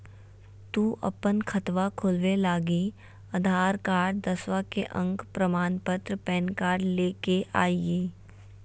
तू अपन खतवा खोलवे लागी आधार कार्ड, दसवां के अक प्रमाण पत्र, पैन कार्ड ले के अइह